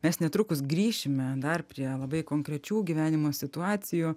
mes netrukus grįšime dar prie labai konkrečių gyvenimo situacijų